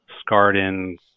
scarred-in